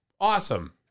awesome